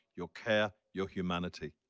your care, your humanity.